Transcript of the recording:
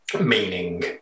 meaning